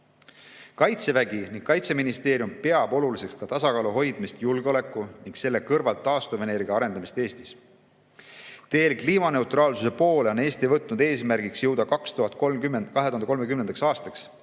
Kaitsevägi ja Kaitseministeerium peavad oluliseks ka tasakaalu hoidmist julgeoleku ning selle kõrval taastuvenergia arendamise vahel Eestis. Teel kliimaneutraalsuse poole on Eesti võtnud eesmärgiks jõuda 2030. aastaks